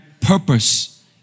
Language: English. purpose